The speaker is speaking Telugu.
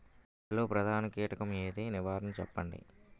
వరిలో ప్రధాన కీటకం ఏది? నివారణ చెప్పండి?